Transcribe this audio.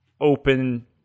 Open